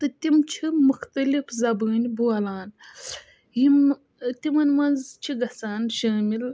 تہٕ تِم چھِ مختلف زَبٲنۍ بولان یِم تِمَن منٛز چھِ گَژھان شٲمِل